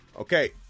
Okay